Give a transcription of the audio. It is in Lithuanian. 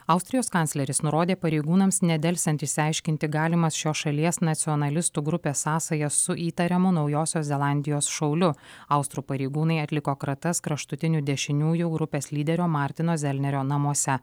austrijos kancleris nurodė pareigūnams nedelsiant išsiaiškinti galimas šios šalies nacionalistų grupės sąsajas su įtariamu naujosios zelandijos šauliu austrų pareigūnai atliko kratas kraštutinių dešiniųjų grupės lyderio martino zelnerio namuose